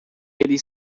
eles